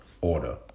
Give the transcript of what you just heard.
order